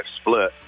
split